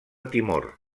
timor